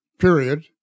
period